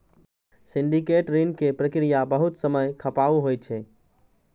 syndicate ऋण के प्रक्रिया बहुत समय खपाऊ होइ छै